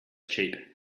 cheap